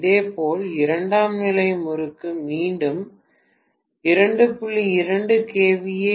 இதேபோல் இரண்டாம் நிலை முறுக்கு மீண்டும் 2